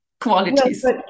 qualities